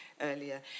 earlier